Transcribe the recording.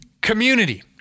community